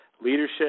leadership